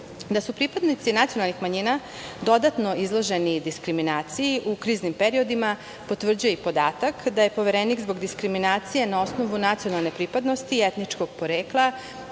su pripadnici nacionalnih manjina dodatno izloženi diskriminaciji u kriznim periodima potvrđuje i podatak da je Poverenik zbog diskriminacije na osnovu nacionalne pripadnosti i etničkog porekla